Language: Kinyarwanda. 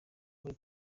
muri